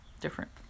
different